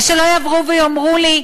ושלא יבואו ויאמרו לי: